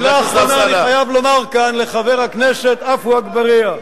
מלה אחרונה אני חייב לומר כאן לחבר הכנסת עפו אגבאריה.